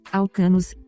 alcanos